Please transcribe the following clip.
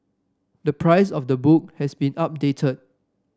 the price of the book has been updated